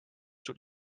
sul